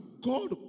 God